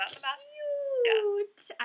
cute